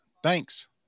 thanks